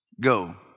Go